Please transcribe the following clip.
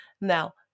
Now